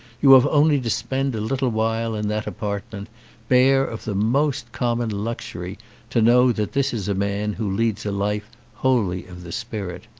you have only to spend a little while in that apartment bare of the most common luxury to know that this is a man who leads a life wholly of the spirit.